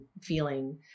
feeling